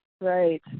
Right